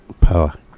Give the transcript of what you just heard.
power